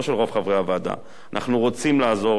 לא של רוב חברי הוועדה אנחנו רוצים לעזור